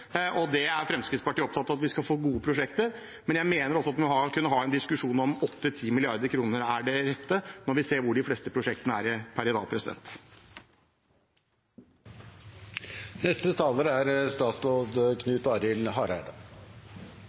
er opptatt av at vi skal ha gode prosjekter, men jeg mener også at vi må kunne ha en diskusjon om 8–10 mrd. kr er det rette, når vi ser hvor de fleste prosjektene er per i dag.